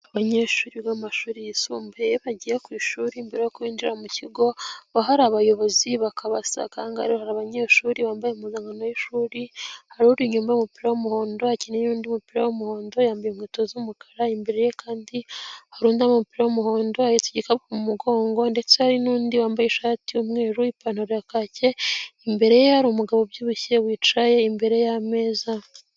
Abanyeshuri bo mu mashuri yisumbuye, bagiye ku ishuri mbere y'uko binjira mu kigo, haba hari abayobozi bakabasaka, aha ngaha hari abanyeshuri bambaye impumunkano y'ishuri, hari uri inyuma wambaye umupira w'umuhondo, akenyeye n'undi mupira w'umuhondo, yambaye inkweto z'umukara, imbere ye kandi hari undi wambaye umupira w'umuhondo, ahetse igikapu mu mugongo ndetse hari n'undi wambaye ishati y'umweru, ipantaro ya kake, imbere ye hari umugabo ubyibushye wicaye imbere y'ameza.